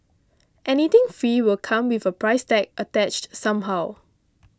anything free will come with a price tag attached somehow